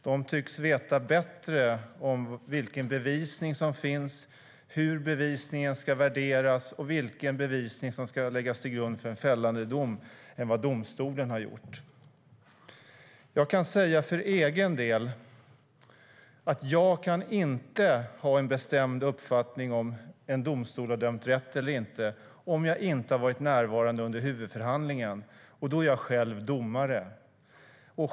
De tycks veta bättre vilken bevisning som finns, hur bevisningen ska värderas och vilken bevisning som ska läggas till grund för en fällande dom än domstolen. Jag kan för egen del säga att jag inte kan ha en bestämd uppfattning om huruvida en domstol har dömt rätt eller inte om jag inte har varit närvarande vid huvudförhandlingen, och då är jag själv domare.